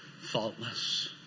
faultless